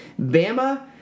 Bama